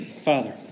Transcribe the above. Father